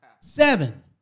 seven